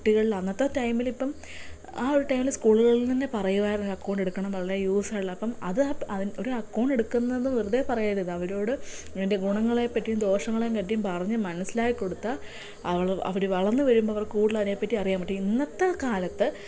കുട്ടികളിൽ അന്നത്തെ ടൈമിലിപ്പം ആ ഒരു ടൈമിൽ സ്കൂളുകളിൽ നിന്ന് പറയുമായിരുന്നു അക്കൗണ്ട് എടുക്കണം വളരെ യൂസ് ആയിട്ടുള്ള അത് അപ്പം ഒരു അക്കൗണ്ട് എടുക്കുന്നതെന്ന് വെറുതെ പറയരുത് അവരോട് അതിൻ്റെ ഗുണങ്ങളെപ്പറ്റിയും ദോഷങ്ങളെപ്പറ്റീം പറഞ്ഞ് മനസിലാക്കി കൊടുത്താൽ അവൾ അവർ വളർന്ന് വരുമ്പം അവർക്ക് കൂടുതൽ അതിനെപ്പറ്റി കൂടുതൽ അറിയാൻ പറ്റും ഇന്നത്തെ കാലത്ത്